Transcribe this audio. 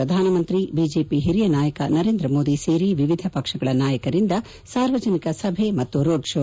ಪ್ರಧಾನಮಂತ್ರಿ ಬಿಜೆಪಿ ಹಿರಿಯ ನಾಯಕ ನರೇಂದ್ರ ಮೋದಿ ಸೇರಿ ವಿವಿಧ ಪಕ್ಷಗಳ ನಾಯಕರಿಂದ ಸಾರ್ವಜನಿಕ ಸಭೆ ಮತ್ತು ರೋಡ್ ಶೋ